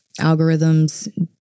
algorithms